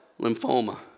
lymphoma